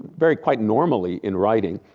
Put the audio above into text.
very quite normally in writing,